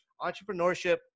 entrepreneurship